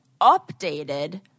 updated